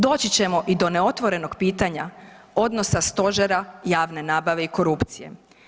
Doći ćemo i do neotvorenog pitanja odnosa Stožera javne nabave i korupcije.